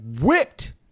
whipped